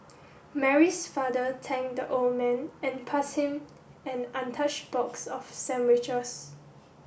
Mary's father thanked the old man and passed him an untouched box of sandwiches